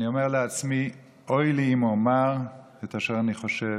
אני אומר לעצמי: אוי לי אם אומר את אשר אני חושב